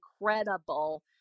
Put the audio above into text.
incredible